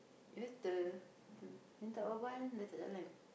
better ah ni tak berbual dah tak jalan